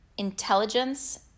intelligence